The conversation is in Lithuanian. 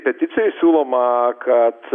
peticijoje siūloma kad